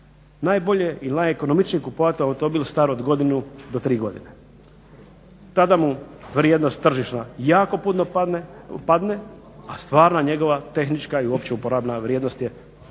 najbolje i najekonomičnije kupovati automobil star od godinu do tri godine. Tada mu vrijednost tržišna jako puno padne a stvarna njegova tehnička i uopće uporabna vrijednost je nije